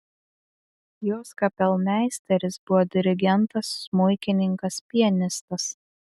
jos kapelmeisteris buvo dirigentas smuikininkas pianistas